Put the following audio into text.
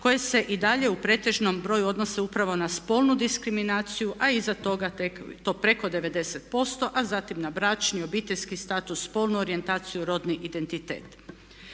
koji se i dalje u pretežnom broju odnose upravo na spolnu diskriminaciju a iza tog tek to preko 90% a zatim na bračni, obiteljski status, spolnu orijentaciju, rodni identitet.